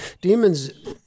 Demons